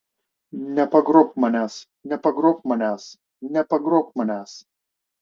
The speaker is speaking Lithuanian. nepagrobk manęs nepagrobk manęs nepagrobk manęs